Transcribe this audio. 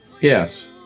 Yes